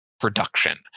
production